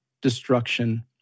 destruction